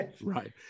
right